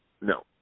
No